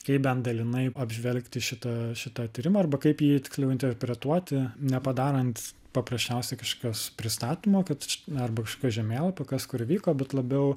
kaip bent dalinai apžvelgti šitą šitą tyrimą arba kaip jį tiksliau interpretuoti nepadarant paprasčiausiai kažkokios pristatymo kad na arba žemėlapio kas kur vyko bet labiau